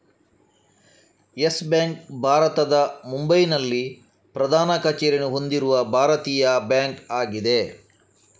Yes bank ಭಾರತದ ಮುಂಬೈನಲ್ಲಿ ಪ್ರಧಾನ ಕಚೇರಿಯನ್ನು ಹೊಂದಿರುವ ಭಾರತೀಯ ಬ್ಯಾಂಕ್ ಆಗಿದೆ